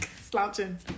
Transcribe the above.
slouching